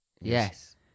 Yes